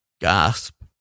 Gasp